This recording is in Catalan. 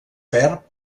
perd